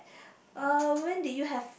when did you have